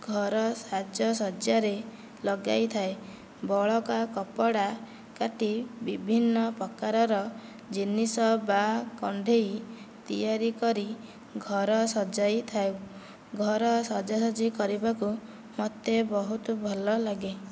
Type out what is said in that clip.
ଘର ସାଜସଜ୍ଜା ରେ ଲଗାଇଥାଏ ବଳକା କପଡ଼ା କାଟି ବିଭିନ୍ନ ପ୍ରକାରର ଜିନିଷ ବା କଣ୍ଢେଇ ତିଆରି କରି ଘର ସଜାଇଥାଉ ଘର ସାଜସଜ୍ଜା କରିବାକୁ ମୋତେ ବହୁତ ଭଲ ଲାଗେ